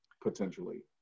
potentially